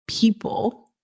people